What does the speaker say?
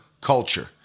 culture